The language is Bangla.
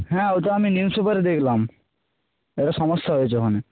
হ্যাঁ ওটা আমি নিউজ পেপারে দেখলাম একটা সমস্যা হয়েছে ওখানে